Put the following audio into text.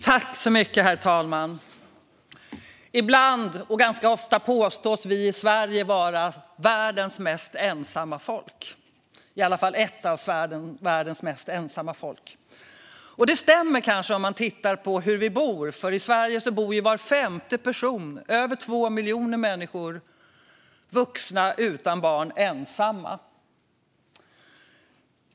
Herr talman! Ibland - ganska ofta - påstås vi i Sverige vara världens, eller i alla fall ett av världens, mest ensamma folk. Det stämmer kanske när det gäller hur vi bor, för i Sverige bor var femte person ensam. Det handlar om över 2 miljoner vuxna människor utan barn.